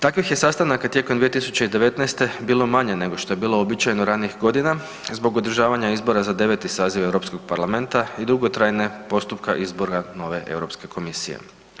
Takvih je sastanaka tijekom 2019. bilo manje nego što je bilo uobičajeno ranijih godina, zbog održavanja izbora za 9. saziv Europskog parlamenta i dugotrajne postupke izbora nove Europske komisije.